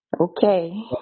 Okay